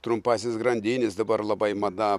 trumpąsias grandines dabar labai mada